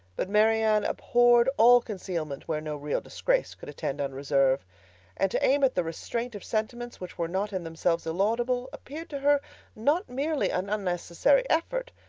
but marianne abhorred all concealment where no real disgrace could attend unreserve and to aim at the restraint of sentiments which were not in themselves illaudable, appeared to her not merely an unnecessary effort,